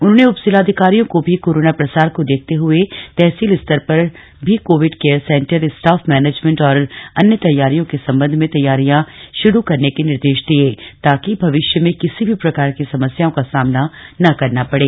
उन्होंने उप जिलाधिकारियों को भी कोरोना प्रसार को देखते हुए तहसील स्तर पर भी covid care centre staff management और अन्य तैयारियों के सम्बन्ध में तैयारियां शुरू करने के निर्देश दिये ताकि भविष्य में किसी भी प्रकार की समस्याओं का सामना न करना पड़े